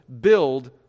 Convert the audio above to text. build